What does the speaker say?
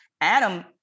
Adam